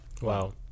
Wow